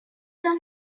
are